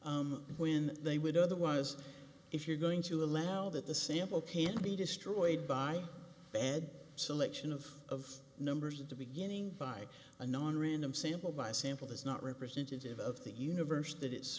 when they would otherwise if you're going to allow that the sample page to be destroyed by bad selection of numbers at the beginning by a non random sample by sample is not representative of the universe that it's